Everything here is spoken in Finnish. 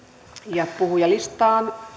ja puhujalistaan